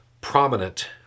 prominent